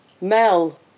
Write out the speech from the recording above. Mel